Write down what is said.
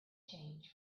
change